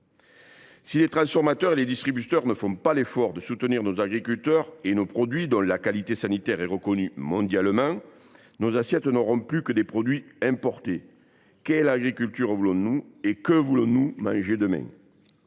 Si les transformateurs et les distributeurs ne font pas l’effort de soutenir nos agriculteurs et nos produits, dont la qualité sanitaire est reconnue mondialement, nos assiettes n’auront plus que des produits importés. Quelle agriculture voulons nous ? Et que voulons nous manger demain ?